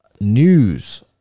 news